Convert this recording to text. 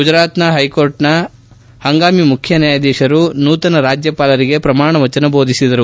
ಗುಜರಾತ್ ಹೈಕೋರ್ಟ್ನ ಹಂಗಾಮಿ ಮುಖ್ಯ ನ್ಯಾಯಾಧೀಶರು ನೂತನ ರಾಜ್ಯಪಾಲರಿಗೆ ಪ್ರಮಾಣ ವಚನ ಬೋಧಿಸಿದರು